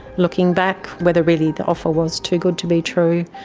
looking back, whether really the offer was too good to be true.